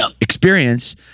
experience